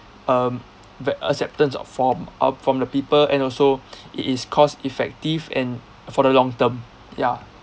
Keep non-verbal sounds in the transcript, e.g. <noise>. um w~ acceptance of from o~ from the people and also <breath> it is cost effective and for the long term ya